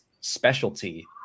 specialty